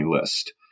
list